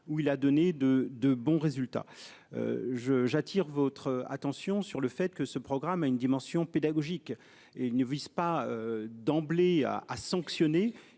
où il a donné de, de bons résultats. Je, j'attire votre attention sur le fait que ce programme a une dimension pédagogique et il ne vise pas d'emblée à à sanctionner.